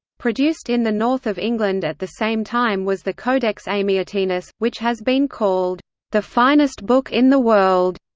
produced in the north of england at the same time was the codex amiatinus, which has been called the finest book in the world.